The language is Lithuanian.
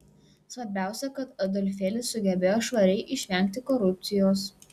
svarbiausia kad adolfėlis sugebėjo švariai išvengti korupcijos